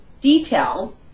detail